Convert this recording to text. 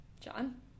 John